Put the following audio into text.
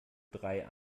drei